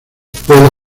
puede